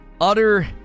Utter